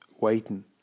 waiting